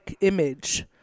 image